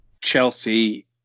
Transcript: Chelsea